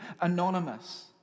anonymous